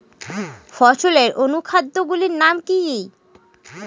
ফসলের অনুখাদ্য গুলির নাম কি?